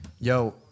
Yo